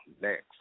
Next